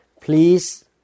please